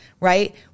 right